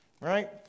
right